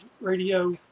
radio